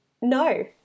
no